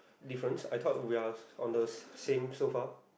difference I thought we're on the same so far